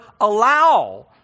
allow